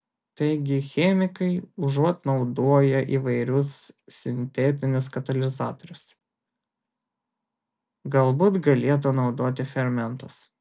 taigi chemikai užuot naudoję įvairius sintetinius katalizatorius galbūt galėtų naudoti fermentus